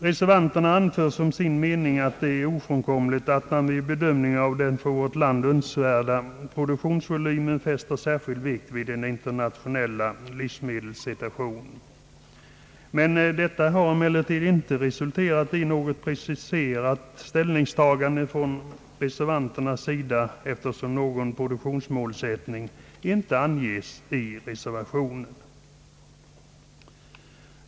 Reservanterna anför som sin mening att det är ofrånkomligt att man vid bedömningen av den för vårt land önskvärda produktionsvolymen fäster särskild vikt vid den internationella livsmedelssituationen. Men detta har emellertid inte resulterat i något preciserat ställningstagande från reservanternas sida, eftersom någon produktionsmålsättning inte anges i reservationen.